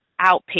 outpatient